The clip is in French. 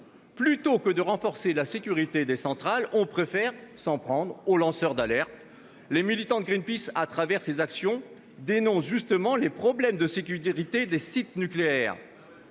Plutôt que de renforcer la sécurité des centrales, on préfère s'en prendre aux lanceurs d'alerte ! Les militants de Greenpeace, à travers ces actions, dénoncent justement les problèmes de sécurité des sites nucléaires.